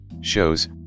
shows